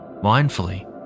Mindfully